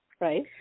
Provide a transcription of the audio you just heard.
Right